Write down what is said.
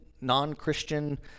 non-christian